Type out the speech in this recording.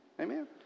Amen